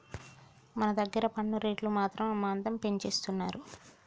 మన దగ్గర పన్ను రేట్లు మాత్రం అమాంతం పెంచేస్తున్నారు